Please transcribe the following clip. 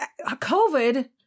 COVID